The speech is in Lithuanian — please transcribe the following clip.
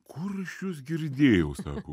kur aš jus girdėjau sako